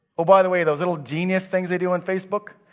oh, by the way, those little genius things they do on facebook.